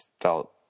felt